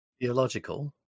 Theological